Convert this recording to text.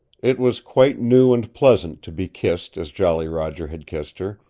it was quite new and pleasant to be kissed as jolly roger had kissed her,